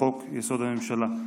לחוק-יסוד: הממשלה.